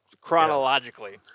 chronologically